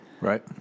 Right